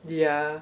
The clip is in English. yeah